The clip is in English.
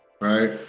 right